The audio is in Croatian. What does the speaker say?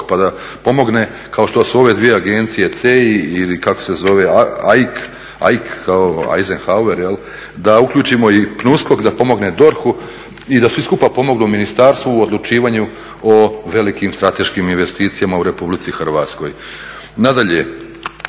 pa da pomogne kao što su ove dvije agencije CEI ili kako se zove AIK kao …/Govornik se ne razumije./… da uključimo i PNUSKOK da pomogne DORH-u i da svi skupa pomognu ministarstvu u odlučivanju o velikim strateškim investicijama u RH. Nadalje,